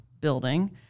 building